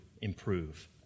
improve